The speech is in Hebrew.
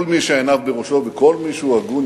כל מי שעיניו בראשו וכל מי שהוא הגון,